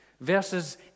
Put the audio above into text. Versus